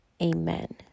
amen